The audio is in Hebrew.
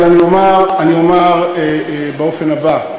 אבל אני אומר באופן הבא,